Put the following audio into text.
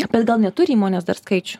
bet gal neturi įmonės dar skaičių